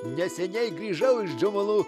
neseniai grįžau iš džumulu